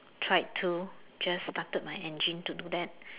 tried to just started my engine to do that